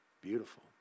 beautiful